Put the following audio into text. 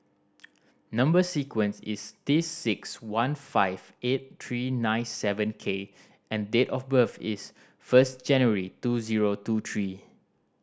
number sequence is T six one five eight three nine seven K and date of birth is first January two zero two three